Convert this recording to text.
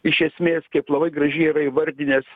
iš esmės kaip labai gražiai yra įvardinęs